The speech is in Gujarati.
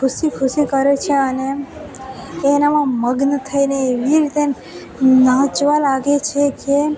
ખુશી ખુશી કરે છે અને તે એનામાં મગ્ન થઈને એવી રીતે નાચવા લાગે છે કે